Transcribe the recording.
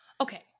Okay